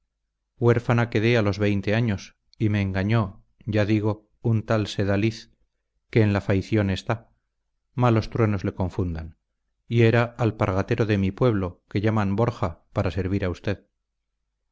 huérfana quedé a los veinte años y me engañó ya digo un tal sedaliz que en la faición está malos truenos le confundan y era alpargatero en mi pueblo que llaman borja para servir a usted